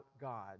God